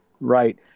Right